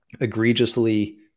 egregiously